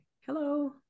hello